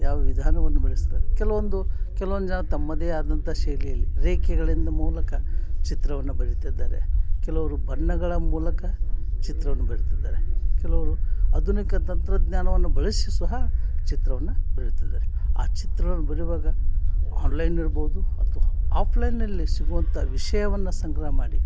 ಯಾವ ವಿಧಾನವನ್ನು ಬಳಸ್ತಾರೆ ಕೆಲವೊಂದು ಕೆಲವೊಂದು ಜನ ತಮ್ಮದೇ ಆದಂಥ ಶೈಲಿಯಲ್ಲಿ ರೇಖೆಗಳಿಂದ ಮೂಲಕ ಚಿತ್ರವನ್ನು ಬರಿತಾಯಿದ್ದಾರೆ ಕೆಲವ್ರು ಬಣ್ಣಗಳ ಮೂಲಕ ಚಿತ್ರವನ್ನು ಬರಿತಿದ್ದಾರೆ ಕೆಲವ್ರು ಆಧುನಿಕ ತಂತ್ರಜ್ಞಾನವನ್ನು ಬಳಸ್ಯೂ ಸಹ ಚಿತ್ರವನ್ನು ಬರಿತಿದ್ದಾರೆ ಆ ಚಿತ್ರವನ್ನು ಬರೆವಾಗ ಆನ್ಲೈನ್ ಇರ್ಬೋದು ಅಥ್ವಾ ಆಫ್ಲೈನ್ನಲ್ಲಿ ಸಿಗುವಂಥ ವಿಷಯವನ್ನು ಸಂಗ್ರಹ ಮಾಡಿ